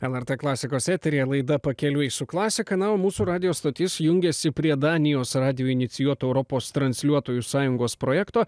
lrt klasikos eteryje laida pakeliui su klasika na o mūsų radijo stotis jungiasi prie danijos radijo inicijuoto europos transliuotojų sąjungos projekto